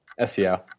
SEO